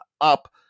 up